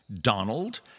Donald